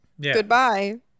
Goodbye